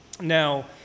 Now